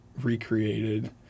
recreated